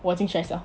我已经 stress 了